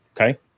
Okay